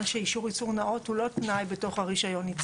שאישור ייצור נאות הוא לא תנאי בתוך הרישיון.